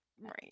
Right